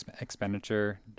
expenditure